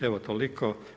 Evo, toliko.